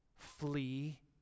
flee